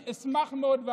אני אשמח מאוד, תודה.